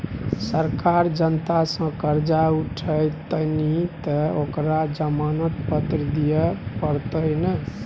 सरकार जनता सँ करजा उठेतनि तँ ओकरा जमानत पत्र दिअ पड़तै ने